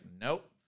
nope